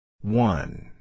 one